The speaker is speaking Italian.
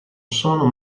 sono